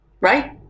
right